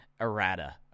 errata